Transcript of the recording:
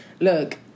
look